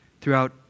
throughout